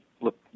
Look